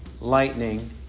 lightning